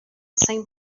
same